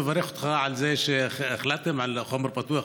אני מברך אותך על זה שהחלטתם על חומר פתוח,